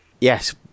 yes